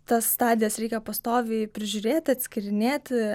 tas stadijas reikia pastoviai prižiūrėti atskyrinėti